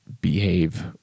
behave